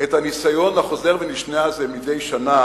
את הניסיון החוזר ונשנה הזה מדי שנה